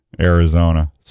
Arizona